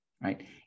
right